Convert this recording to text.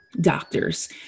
doctors